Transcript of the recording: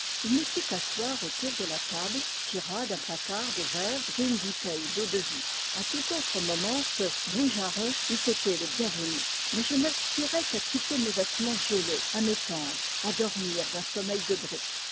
il nous fit asseoir autour de la table tira d'un placard des verres et une bouteille d'eau-de-vie en tout autre moment ce boujaron eût été le bienvenu mais je n'aspirais qu'à quitter mes vêtements gelés à m'étendre à dormir d'un sommeil de brute